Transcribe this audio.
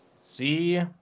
See